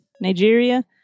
Nigeria